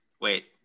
wait